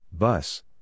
Bus